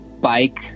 bike